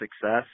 success